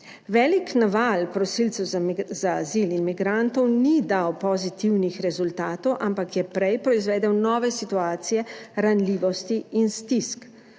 Velik naval prosilcev za azil in migrantov ni dal pozitivnih rezultatov, ampak je prej proizvedel nove situacije ranljivosti in stisk.